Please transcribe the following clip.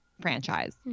franchise